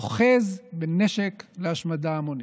אוחז בנשק להשמדה המונית?